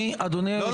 לא,